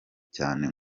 cyane